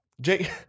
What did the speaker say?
Jake